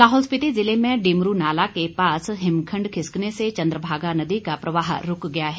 लाहौल स्पीति जिले में डिमरू नाला के पास हिमखंड खिसकने से चन्द्रभागा नदी का प्रवाह रूक गया है